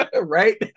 right